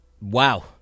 Wow